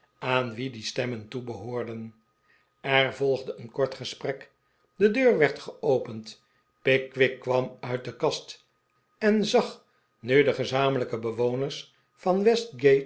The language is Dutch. aan wie die stemmen toebehoorden er volgde een kort gesprek de deur werd geopend pickwick kwam uit de kast en zag nu de gezamenlijke bewoners van